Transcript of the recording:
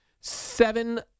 Seven